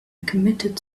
committed